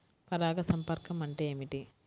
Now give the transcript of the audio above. పరాగ సంపర్కం అంటే ఏమిటి?